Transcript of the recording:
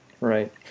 Right